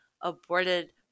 aborted